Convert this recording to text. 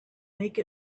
make